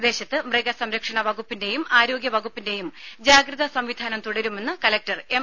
പ്രദേശത്ത് മൃഗസംരക്ഷണ വകുപ്പിന്റെയും ആരോഗ്യ വകുപ്പിന്റെയും ജാഗ്രതാ സംവിധാനം തുടരുമെന്ന് കളക്ടർ എം